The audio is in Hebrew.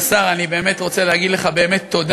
כבוד השר, אני באמת רוצה להגיד לך תודה.